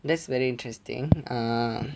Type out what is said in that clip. that's very interesting err